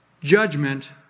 judgment